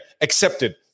Accepted